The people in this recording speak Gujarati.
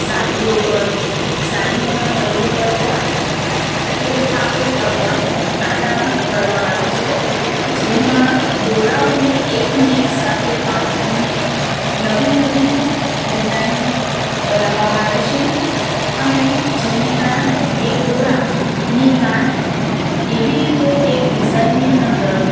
સાડીઓ પર સાડીઓના પલ્લું પર પણ એટલે કે પાલો ઉપર પણ આ કામ કરવામાં આવે છે જેમાં દોરાઓને એક મેક સાથે બાંધીને નવી નવી ડિઝાઇન બનાવવામાં આવે છે અને જેને કારણે એ દોરાની ગાંઠ એવી રીતે એક ડિઝાઇનની અંદર